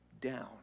down